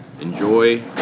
Enjoy